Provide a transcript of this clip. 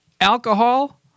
alcohol